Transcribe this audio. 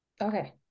Okay